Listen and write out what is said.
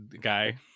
guy